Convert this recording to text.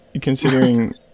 considering